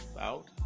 out